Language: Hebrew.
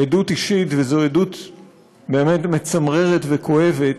עדות אישית, וזו עדות באמת מצמררת וכואבת.